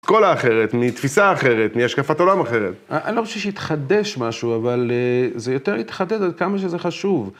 ‫אסכולה אחרת, מתפיסה אחרת, ‫מהשקפת עולם אחרת. ‫אני לא חושב שהתחדש משהו, ‫אבל זה יותר התחדד עד כמה שזה חשוב.